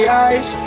eyes